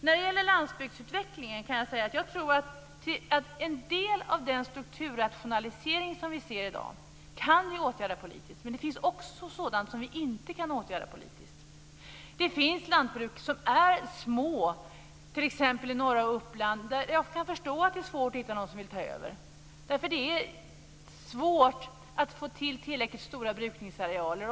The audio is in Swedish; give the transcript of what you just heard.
När det gäller landsbygdsutvecklingen kan jag säga att jag tror att en del av den strukturrationalisering som vi ser i dag kan vi åtgärda politiskt. Det finns lantbruk som är små, t.ex. i norra Uppland, som jag förstår att det är svårt att hitta någon som vill ta över. Det är svårt att få tillräckligt stora brukningsarealer.